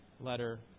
letter